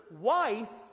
wife